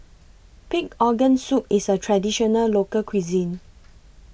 Pig Organ Soup IS A Traditional Local Cuisine